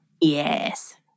Yes